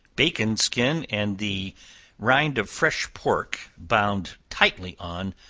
bacon skin and the rind of fresh pork bound tightly on,